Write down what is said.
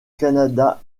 canada